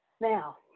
Now